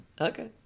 okay